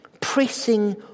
pressing